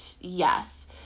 yes